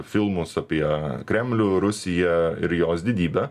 filmus apie kremlių rusiją ir jos didybę